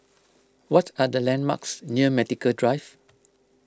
what are the landmarks near Medical Drive